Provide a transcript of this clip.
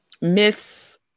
Miss